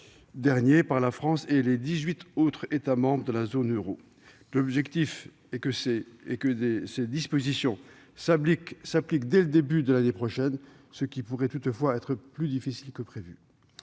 dernier par la France et les dix-huit autres États membres de la zone euro. L'objectif est de faire en sorte que ces dispositions s'appliquent dès le début de l'année prochaine, ce qui pourrait toutefois être plus difficile que prévu.